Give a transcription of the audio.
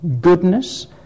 goodness